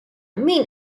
min